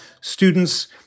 students